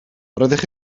roeddech